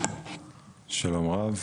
שלום רב,